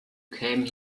came